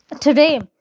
Today